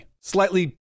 slightly